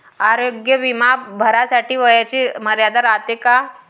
आरोग्य बिमा भरासाठी वयाची मर्यादा रायते काय?